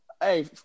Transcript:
Hey